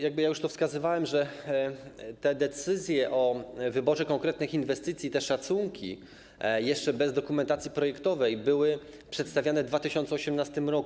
Jak już wskazywałem, te decyzje o wyborze konkretnych inwestycji, te szacunki jeszcze bez dokumentacji projektowej były przedstawiane w 2018 r.